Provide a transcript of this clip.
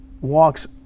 walks